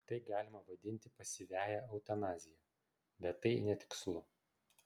tai galima vadinti pasyviąja eutanazija bet tai netikslu